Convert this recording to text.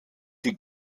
die